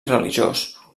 religiós